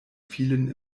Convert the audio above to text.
vielen